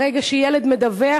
ברגע שילד מדווח,